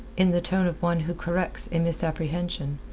in the tone of one who corrects a misapprehension,